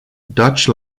dutch